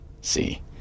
See